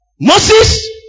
Moses